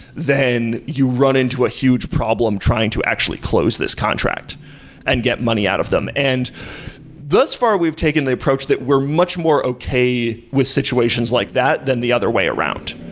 then you run into a huge problem trying to actually close this contract and get money out of them. and thus far, we've taken the approach that we're much more okay with situations like that than the other way around.